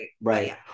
Right